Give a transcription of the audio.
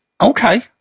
Okay